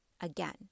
again